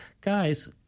guys